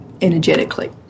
energetically